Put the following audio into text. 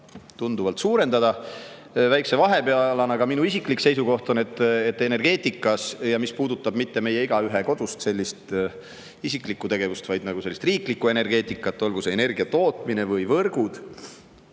tunduvalt suurendada. Väikse vahepalana: minu isiklik seisukoht on, et energeetikas, mis puudutab mitte meie igaühe isiklikku tegevust kodus, vaid riiklikku energeetikat, olgu see energia tootmine või ‑võrgud,